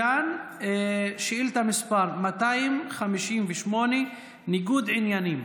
אטבריאן, שאילתה 258, ניגוד עניינים.